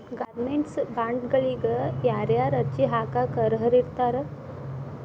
Government ಬಾಂಡ್ಗಳಿಗ ಯಾರ್ಯಾರ ಅರ್ಜಿ ಹಾಕಾಕ ಅರ್ಹರಿರ್ತಾರ?